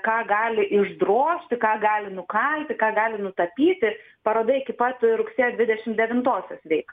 ką gali išdrožti ką gali nukalti ką gali nutapyti paroda iki pat rugsėjo dvidešimt devintosios veiks